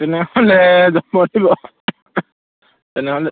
তেনেহ'লে যাব লাগিব তেনেহ'লে